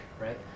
Right